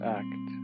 act